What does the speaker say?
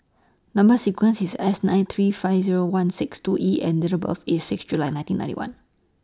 Number sequence IS S nine three five Zero one six two E and Date of birth IS six July nineteen ninety one